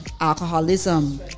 alcoholism